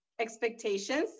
expectations